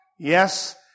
Yes